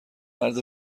مرد